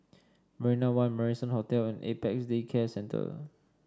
Marina One Marrison Hotel and Apex Day Care Centre